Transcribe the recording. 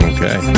Okay